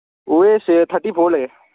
ꯋꯦꯁꯁꯦ thirty four ꯂꯩꯌꯦ